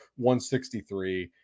163